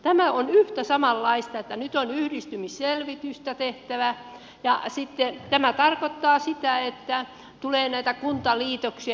tämä on yhtä samanlaista että nyt on yhdistymisselvitystä tehtävä ja sitten tämä tarkoittaa sitä että tulee näitä kuntaliitoksia